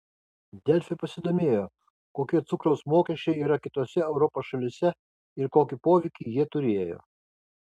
delfi pasidomėjo kokie cukraus mokesčiai yra kitose europos šalyse ir kokį poveikį jie turėjo